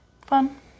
Fun